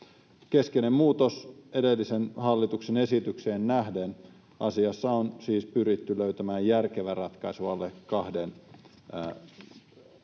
Keskeinen muutos edellisen hallituksen esitykseen nähden, asiassa on siis on pyritty löytämään järkevä ratkaisu alle 2 MW:n